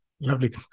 Lovely